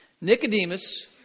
Nicodemus